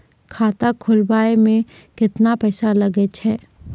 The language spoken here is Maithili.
खाता खोलबाबय मे केतना पैसा लगे छै?